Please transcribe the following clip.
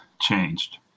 changed